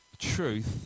truth